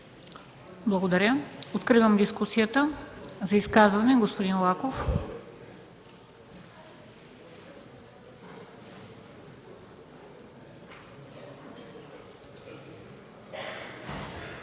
Благодаря. Откривам дискусията. За изказване – господин Лаков.